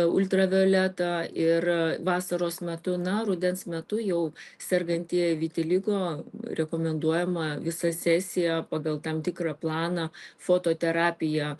ultravioletą ir vasaros metu na rudens metu jau sergantieji vitiligo rekomenduojama visą sesiją pagal tam tikrą planą fototerapiją